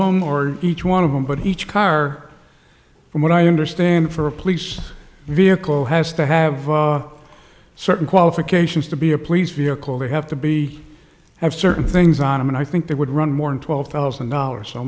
them or each one of them but each car from what i understand for a police vehicle has to have certain qualifications to be a police vehicle they have to be have certain things on him and i think they would run more than twelve thousand dollars so